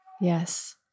Yes